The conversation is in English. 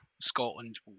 Scotland